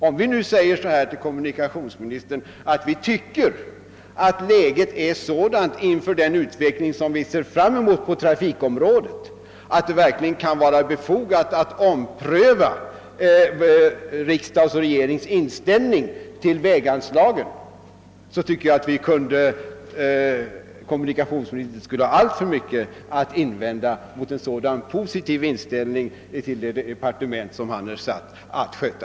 Om vi nu säger att läget är sådant inför den utveckling på trafikområdet som vi kan se fram mot, att det verkligen är befogat att ompröva riksdagens och regeringens inställning till väganslagen, tycker jag att kommunikationsministern inte borde ha alltför mycket att invända mot en sådan positiv inställning till det departement som han är satt att sköta.